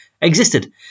existed